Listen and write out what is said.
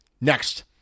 Next